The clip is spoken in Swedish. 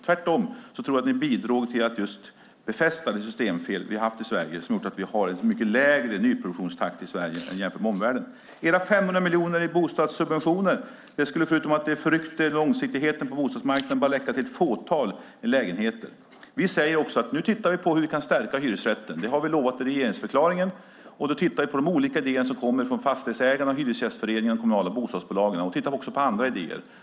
Tvärtom tror jag att ni bidrog till att befästa det systemfel vi har haft i Sverige, vilket har gjort att vi har en mycket lägre nyproduktionstakt i Sverige jämfört med omvärlden. Era 500 miljoner i bostadssubventioner skulle, förutom att förrycka långsiktigheten på bostadsmarknaden, bara räcka till ett fåtal lägenheter. Vi säger att vi nu tittar på hur vi kan stärka hyresrätten. Det har vi lovat i regeringsförklaringen. Då tittar vi på de olika idéer som kommer från fastighetsägarna, Hyresgästföreningen och de kommunala bostadsbolagen. Vi ska även titta på andra idéer.